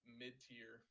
mid-tier